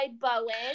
Bowen